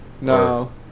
No